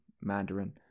Mandarin